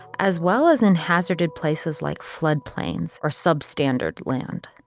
as well as in hazarded places, like floodplains, or substandard land